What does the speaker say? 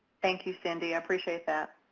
thank you, cindy. i appreciate that.